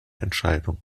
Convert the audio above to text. entscheidung